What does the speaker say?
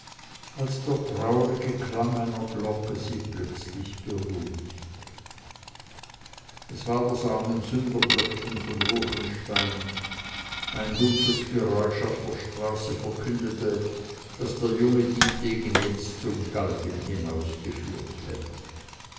als der traurige klang einer glocke sie plötzlich beruhigte es war das armensünderglöckchen von ruechenstein ein dumpfes geräusch auf der straße verkündete daß der junge dietegen jetzt zum galgen hinausgeführt werde